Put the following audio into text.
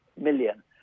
million